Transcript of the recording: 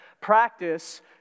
practice